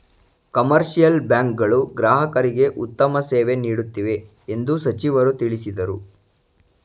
commercial bank ಗಳು ಗ್ರಾಹಕರಿಗೆ ಉತ್ತಮ ಸೇವೆ ನೀಡುತ್ತಿವೆ ಎಂದು ಸಚಿವರು ತಿಳಿಸಿದರು